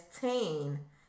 Teen